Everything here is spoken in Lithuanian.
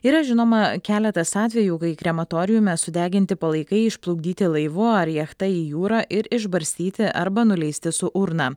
yra žinoma keletas atvejų kai krematoriume sudeginti palaikai išplukdyti laivu ar jachta į jūrą ir išbarstyti arba nuleisti su urna